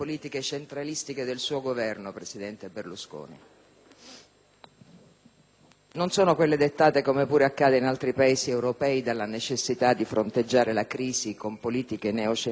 Non sono però quelle dettate, come pure accade in altri Paesi europei, dalla necessità di fronteggiare la crisi con politiche neocentralistiche. Mi riferisco a ben altro; mi riferisco al taglio dell'ICI